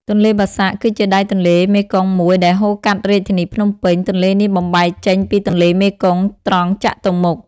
ទន្លេបាសាក់ គឺជាដៃទន្លេមេគង្គមួយដែលហូរកាត់រាជធានីភ្នំពេញ។ ទន្លេនេះបំបែកចេញពីទន្លេមេគង្គត្រង់ចតុមុខ។